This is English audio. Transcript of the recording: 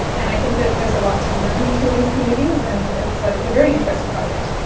and i think that there's a lot to learn between these communities, and it's it's a very interesting project.